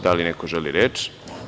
Da li neko želi reč?